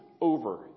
over